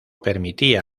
permitía